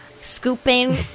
scooping